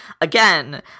again